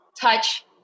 touch